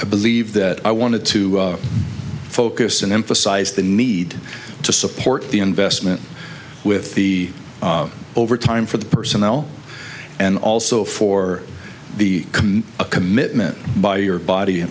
i believe that i wanted to focus and emphasize the need to support the investment with the overtime for the personnel and also for the a commitment by your body